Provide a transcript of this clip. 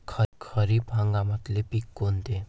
खरीप हंगामातले पिकं कोनते?